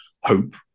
hope